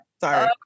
sorry